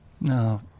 No